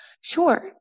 Sure